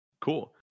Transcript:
Cool